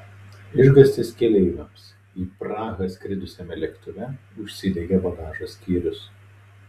išgąstis keleiviams į prahą skridusiame lėktuve užsidegė bagažo skyrius